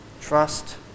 Trust